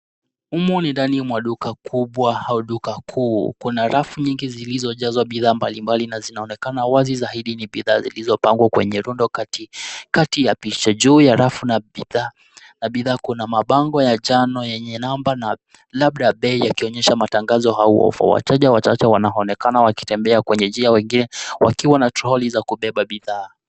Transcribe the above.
Humu ni ndani mwa duka kubwa au duka kuu. Kuna rafu mingi zilizojazwa bidhaa mbalimbali na zinaonekana wazi zaidi ni bidhaa zilizopangwa kwenye rundo katikati ya picha. Juu ya rafu ya bidhaa kuna mabango ya njano yenye namba na labda bei yakionyesha matangazo au ofa. Wateja wachache wanaonekana wakitembea kwenye njia wengine wakiwa na toroli za kubeba bidhaa.